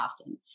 often